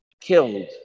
killed